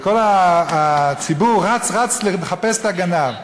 וכל הציבור רץ רץ לחפש את הגנב.